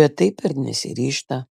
bet taip ir nesiryžta